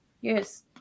Yes